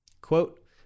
quote